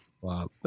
wow